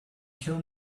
kill